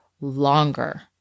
longer